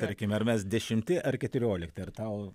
tarkime ar mes dešimti ar keturiolikti ar tau